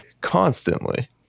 constantly